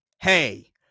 hey